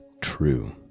true